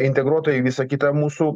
integruotą į visą kitą mūsų